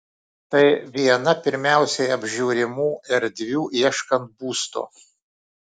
tai viena pirmiausiai apžiūrimų erdvių ieškant būsto